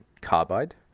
carbide